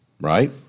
right